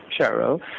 Cheryl